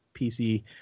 PC